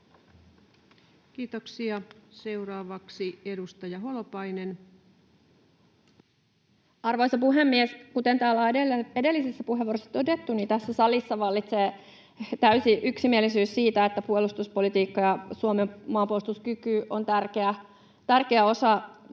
Kiitoksia. — Seuraavaksi edustaja Holopainen. Arvoisa puhemies! Kuten täällä on edellisissä puheenvuoroissa todettu, tässä salissa vallitsee täysi yksimielisyys siitä, että puolustuspolitiikka ja Suomen maanpuolustuskyky ovat tärkeä osa